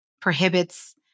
prohibits